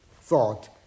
thought